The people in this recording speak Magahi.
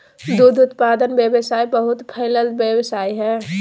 दूध उत्पादन व्यवसाय बहुत फैलल व्यवसाय हइ